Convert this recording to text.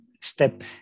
step